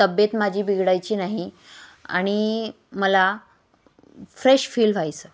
तब्ब्येत माझी बिघडायची नाही आणि मला फ्रेश फील व्हायचं